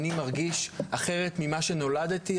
אני מרגיש אחרת ממה שנולדתי,